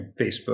Facebook